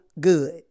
good